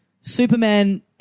Superman